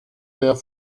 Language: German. der